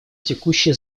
текущие